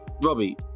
Robbie